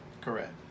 correct